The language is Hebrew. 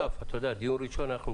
אסף, דיון ראשון, אנחנו מתאפקים.